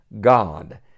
God